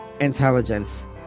intelligence